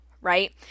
right